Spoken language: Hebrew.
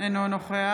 אינו נוכח